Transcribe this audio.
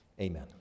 amen